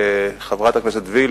חברת הכנסת וילף,